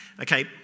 Okay